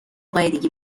قاعدگی